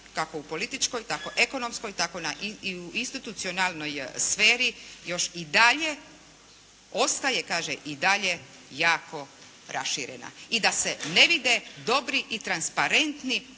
kako u političkoj tako ekonomskoj, tako i u institucionalnoj sferi još i dalje ostaje kaže i dalje jako raširena i da se ne vide dobri i transparentni